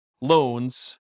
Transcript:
loans